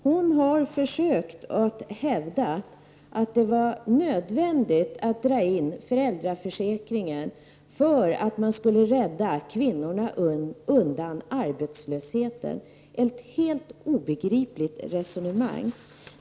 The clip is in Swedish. Hon har försökt att hävda att det var nödvändigt att dra in föräldraförsäkringen för att man skulle rädda kvinnorna undan arbetslösheten, ett helt obegripligt resonemang.